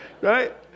right